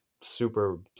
super